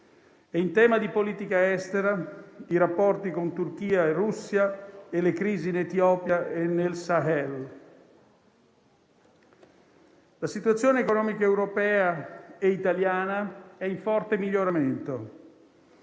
temi di politica estera, come i rapporti con Turchia e Russia, e le crisi in Etiopia e nel Sahel. La situazione economica europea e italiana è in forte miglioramento.